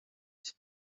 cye